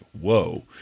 Whoa